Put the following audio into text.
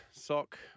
Sock